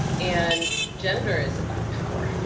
and gender is about power.